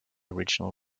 original